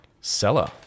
seller